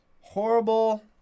Horrible